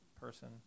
person